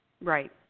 Right